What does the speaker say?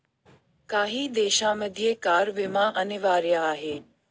काही देशांमध्ये कार विमा अनिवार्य आहे